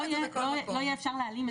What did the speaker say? לא יהיה אפשר להעלים,